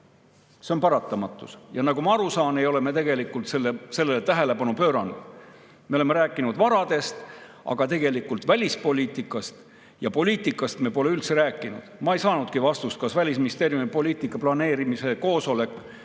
See on paratamatus. Aga nagu ma aru saan, ei ole me tegelikult sellele tähelepanu pööranud. Me oleme rääkinud varadest, aga välispoliitikast ja üldse poliitikast me pole suurt rääkinud. Ma ei saanudki vastust, kas Välisministeeriumi poliitika planeerimise koosolek